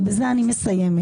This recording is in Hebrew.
ובזה אני מסיימת.